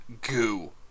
goo